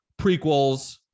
prequels